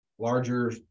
Larger